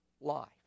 life